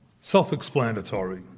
self-explanatory